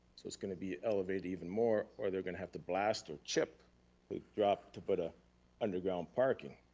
so it's gonna be elevated even more, or they're gonna have to blast or chip the drop to put a underground parking.